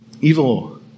Evil